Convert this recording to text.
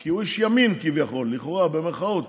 כי הוא איש ימין, כביכול, לכאורה, במירכאות,